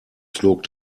flog